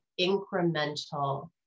incremental